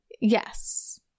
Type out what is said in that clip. yes